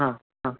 हां हां